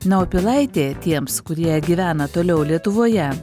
na o pilaitė tiems kurie gyvena toliau lietuvoje